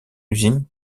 usine